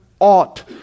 ought